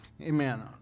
Amen